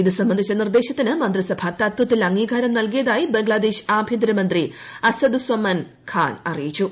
ഇതു സംബന്ധിച്ച നിർദ്ദേശത്തിന് മന്ത്രിസഭ തത്വത്തിൽ അംഗീകാരം നൽകിയതായി ബംഗ്ലാദേശ് ആഭ്യന്തരമന്ത്രി അസ്സദുസ്സമൻ ഖാൻ അറിയിച്ചു